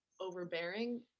overbearing